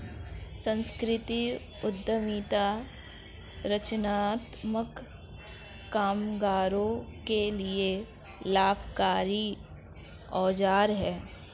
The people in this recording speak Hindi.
संस्कृति उद्यमिता रचनात्मक कामगारों के लिए लाभकारी औजार है